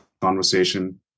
conversation